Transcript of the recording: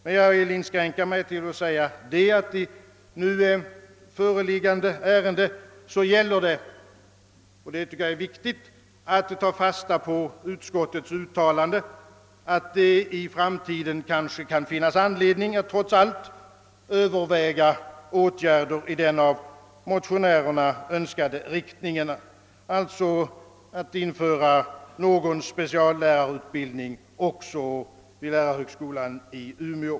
Jag vill emellertid inskränka mig till att säga, att det i nu föreliggande ärende gäller — detta anser jag vara mycket viktigt — att ta fasta på utskottets uttalande, att det i framtiden kan finnas anledning att trots allt överväga åtgärder i den av motionärerna önskade riktningen, d. v. s. att införa någon form av speciallärarutbildning även vid lärarhögskolan i Umeå.